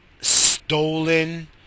stolen